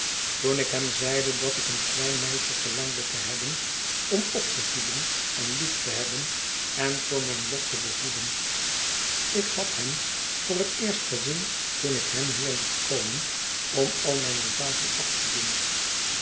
toen ik hem zeide dat ik een klein meisje verlangde te hebben om opte voeden en lief te hebben en voor mijn lot te behoeden ik had hem voor het eerst gezien toen ik hem hier liet komen om al mijne zaken afte doen